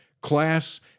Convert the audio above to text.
class